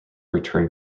return